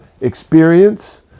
experience